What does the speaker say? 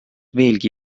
veelgi